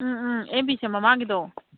ꯎꯝ ꯎꯝ M B C ꯃꯃꯥꯡꯒꯤꯗꯣ